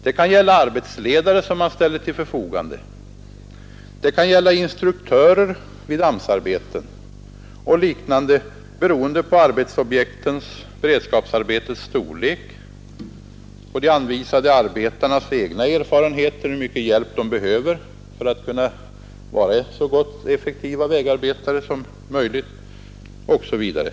Det kan gälla arbetsledare som man ställer till förfogande, det kan gälla instruktörer vid AMS-arbeten och liknande, beroende på arbetsobjektens — beredskapsarbetenas — storlek och de anvisade arbetarnas egna erfarenheter, dvs. hur mycket hjälp de behöver för att vara så effektiva vägarbetare som möjligt, osv.